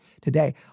today